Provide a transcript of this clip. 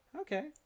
Okay